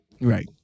Right